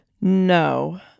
No